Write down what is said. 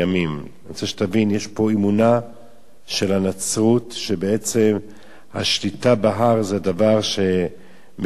יש פה אמונה של הנצרות שבעצם השליטה בהר זה דבר שמקדש את המטרה.